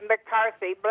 McCarthy